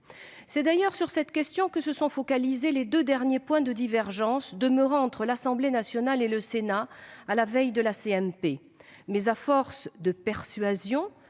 C'est d'ailleurs sur cette question que se sont focalisés les deux derniers points de divergence demeurant entre l'Assemblée nationale et le Sénat à la veille de la réunion de la commission